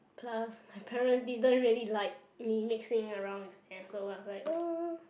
plus my parents didn't really like me mixing around with them so I was like